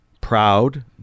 Proud